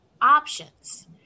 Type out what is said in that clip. options